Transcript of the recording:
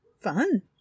fun